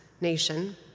nation